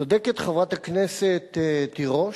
צודקת חברת הכנסת תירוש,